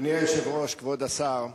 אדוני היושב-ראש, כבוד השר,